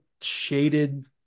shaded